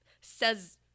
says